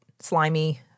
slimy